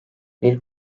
bir